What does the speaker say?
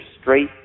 straight